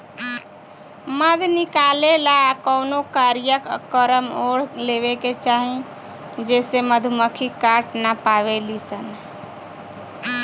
मध निकाले ला कवनो कारिया कमर ओढ़ लेवे के चाही जेसे मधुमक्खी काट ना पावेली सन